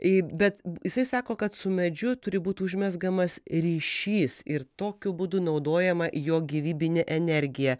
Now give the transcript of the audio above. ir bet jisai sako kad su medžiu turi būti užmezgamas ryšys ir tokiu būdu naudojama jo gyvybinė energija